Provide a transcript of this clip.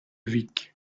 vicq